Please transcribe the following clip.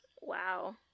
Wow